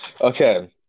Okay